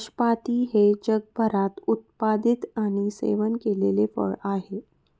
नाशपाती हे जगभरात उत्पादित आणि सेवन केलेले फळ आहे